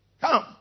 Come